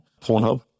Pornhub